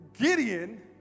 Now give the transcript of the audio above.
Gideon